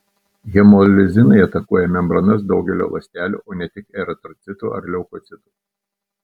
hemolizinai atakuoja membranas daugelio ląstelių o ne tik eritrocitų ar leukocitų